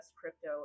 crypto